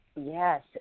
Yes